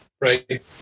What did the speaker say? Right